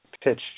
Pitch